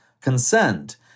consent